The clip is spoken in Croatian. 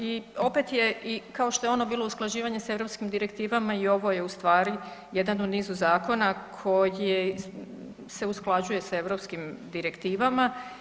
I opet je kao što je ono bilo usklađivanje sa europskim direktivama i ovo je u stvari jedan u nizu zakona koji se usklađuje sa europskim direktivama.